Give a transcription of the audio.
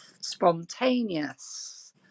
spontaneous